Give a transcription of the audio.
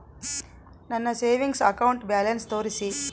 ನನ್ನ savings account balance ತೋರಿಸಿ?